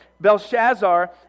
Belshazzar